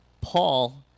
Paul